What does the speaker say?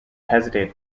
hesitate